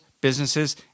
businesses